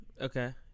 Okay